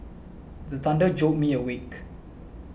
the thunder jolt me awake